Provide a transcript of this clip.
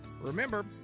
Remember